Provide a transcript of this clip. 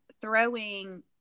throwing